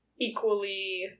equally